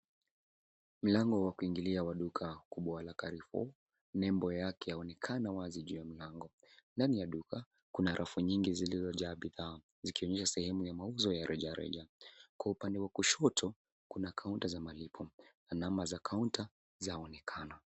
Mlango wa kuingilia wa duka kubwa la Carrefour. Nembo yake yaonekana wazi juu ya mlango. Ndani ya duka, kuna rafu nyingi zilizojaa bidhaa zikionyesha sehemu ya mauzo ya rejareja. Kwa upande wa kushoto, kuna kaunta za malipo na namba za kaunta zaonekana.